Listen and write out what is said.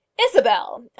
Isabel